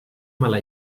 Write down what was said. mala